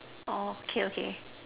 orh okay okay